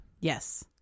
Yes